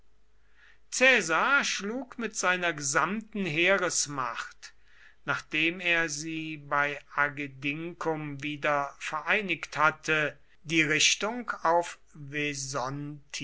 schlug mit seiner gesamten heeresmacht nachdem er sie bei agedincum wiedervereinigt hatte die richtung auf